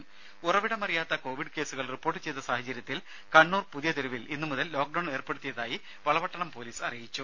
രുമ ഉറവിടമറിയാത്ത കോവിഡു കേസുകൾ റിപ്പോർട്ട് ചെയ്ത സാഹചര്യത്തിൽ കണ്ണൂർ പുതിയ തെരുവിൽ ഇന്നു മുതൽ ലോക്ക് ഡൌൺ ഏർപ്പെടുത്തിയതായി വളപട്ടണം പോലീസ് അറിയിച്ചു